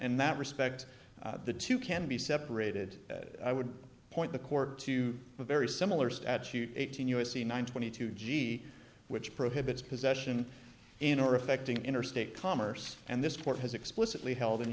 and that respect the two can be separated i would point the court to a very similar statute eighteen u s c nine twenty two g which prohibits possession in or affecting interstate commerce and this court has explicitly held in the